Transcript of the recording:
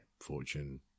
fortune